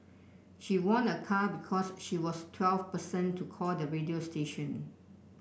she won a car because she was the twelfth person to call the radio station